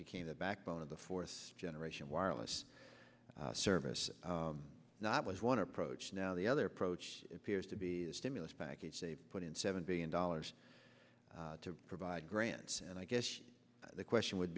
became the backbone of the fourth generation wireless service not was one approach now the other approach appears to be a stimulus package put in seven billion dollars to provide grants and i guess the question would